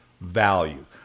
value